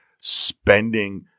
spending